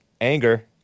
anger